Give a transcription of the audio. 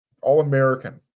All-American